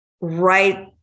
right